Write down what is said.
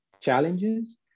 challenges